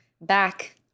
back